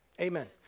Amen